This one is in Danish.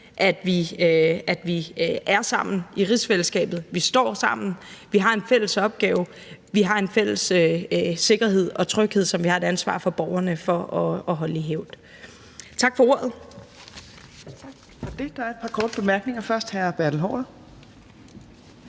at vi er sammen i rigsfællesskabet. Vi står sammen. Vi har en fælles opgave. Vi har en fælles sikkerhed og tryghed, som vi har et ansvar over for borgerne for at holde i hævd. Tak for ordet.